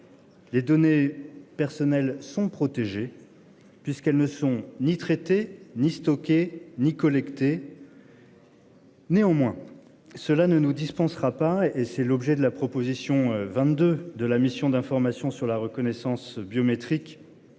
Les données personnelles sont protégées puisqu'elles ne sont ni traité ni stockées ni collecter. Néanmoins, cela ne nous dispensera pas et c'est l'objet de la proposition 22 de la mission d'information sur la reconnaissance biométrique.